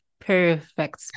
perfect